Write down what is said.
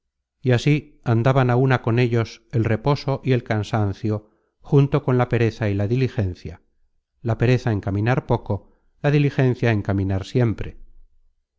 y así andaban á una con ellos el reposo y el cansancio junto con la pereza y la diligencia la pereza en caminar poco la diligencia en caminar siempre